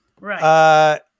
Right